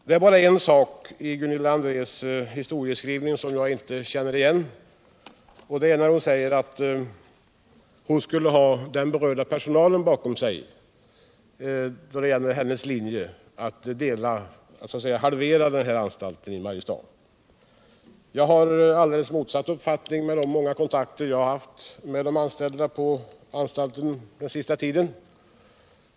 Det är bara en sak i Gunilla Andrés historieskrivning som jag inte känner igen. Hon säger att hon skulle ha den berörda personalen bakom sig när det gäller hennes linje att så att säga halvera anstalten i Mariestad. Jag har fått alldeles motsatt uppfattning vid de många kontakter jag har haft med de anställda på anstalten under den senaste tiden.